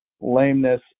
lameness